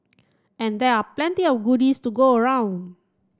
and there are plenty of goodies to go around